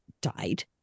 died